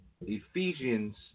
ephesians